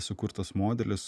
sukurtas modelis